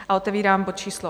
A otevírám bod číslo